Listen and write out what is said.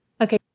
Okay